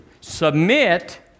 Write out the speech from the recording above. Submit